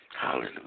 Hallelujah